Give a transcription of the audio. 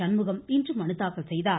சண்முகம் இன்று மனுதாக்கல் செய்தார்